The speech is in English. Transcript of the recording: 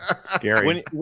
Scary